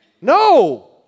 No